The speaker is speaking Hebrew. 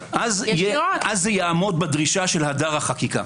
אז זה יעמוד בדרישה של הדר החקיקה.